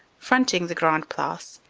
front ing the grande place,